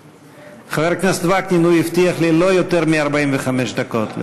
חבר הכנסת וקנין, הוא הבטיח לי לא יותר מ-45 דקות.